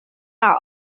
are